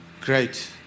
great